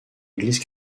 église